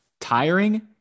tiring